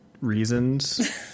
reasons